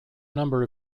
number